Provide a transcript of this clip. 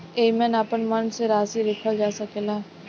एईमे आपन मन से राशि लिखल जा सकेला